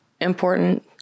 important